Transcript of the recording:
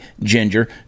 ginger